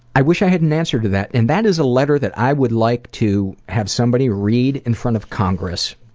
i wish i had an answer to that, and that is a letter that i would like to have somebody read in front of congress,